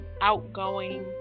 outgoing